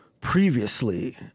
Previously